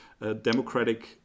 democratic